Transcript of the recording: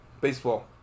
Baseball